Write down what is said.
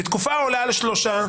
בתקופה העולה על שלושה,